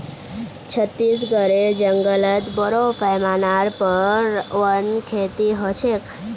छत्तीसगढेर जंगलत बोरो पैमानार पर वन खेती ह छेक